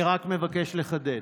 אני רק מבקש לחדד.